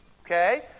Okay